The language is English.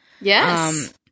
Yes